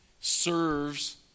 serves